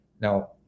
Now